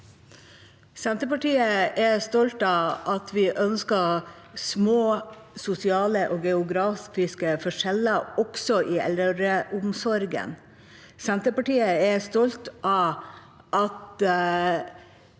Senterpartiet er stolt av at vi ønsker små sosiale og geografiske forskjeller også i eldreomsorgen. Senterpartiet er stolt av at